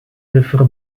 differ